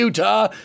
Utah